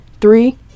Three